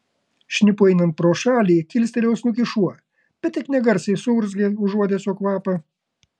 šnipui einant pro šalį kilstelėjo snukį šuo bet tik negarsiai suurzgė užuodęs jo kvapą